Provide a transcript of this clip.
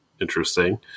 Interesting